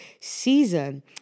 season